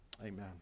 Amen